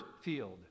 field